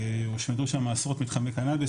הושמדו שם עשרות מתחמי קנאביס.